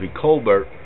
Colbert